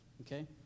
okay